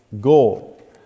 goal